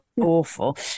awful